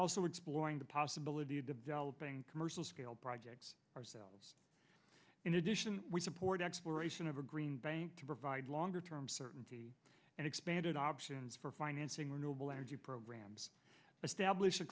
also exploring the possibility of developing commercial scale projects ourselves in addition we support exploration of a green bank to provide longer term certainty and expanded options for financing renewable energy programs a stab